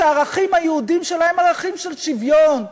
שהערכים היהודיים שלה הם ערכים של שוויון,